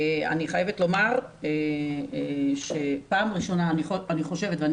אני חייבת לומר שפעם ראשונה אני חושבת ואני